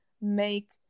make